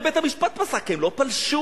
ובית-המשפט פסק כי הם לא פלשו,